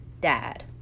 Dad